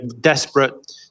desperate